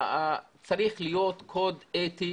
צריך להיות קוד אתי,